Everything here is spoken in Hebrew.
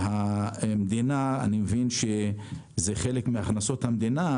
אני מבין שזה חלק מהכנסות המדינה,